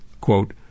quote